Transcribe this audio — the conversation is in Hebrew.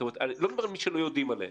אני לא מדבר על אלה שלא יודעים עליהם,